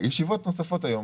ישיבות נוספות היום.